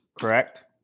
correct